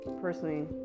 personally